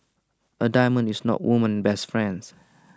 A diamond is not A woman's best friend